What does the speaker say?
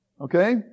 Okay